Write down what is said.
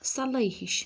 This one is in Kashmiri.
سَلاے ہِش